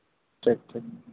ᱴᱷᱤᱠ ᱴᱷᱤᱠ